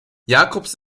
jacobs